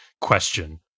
question